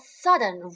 sudden